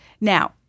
Now-